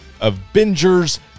Avengers